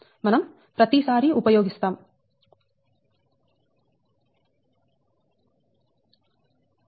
మనం ప్రతి సారి ఉపయోగిస్తాం